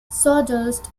sawdust